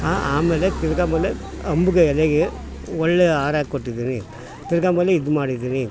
ಆಮೇಲೆ ತಿರ್ಗಿ ಆಮೇಲೆ ಅಂಬುಗೆ ಎಲೆಗೆ ಒಳ್ಳೆಯ ಆರ ಕೊಟ್ಟಿದೀನಿ ತಿರ್ಗಿ ಆಮೇಲೆ ಇದು ಮಾಡಿದ್ದೀನಿ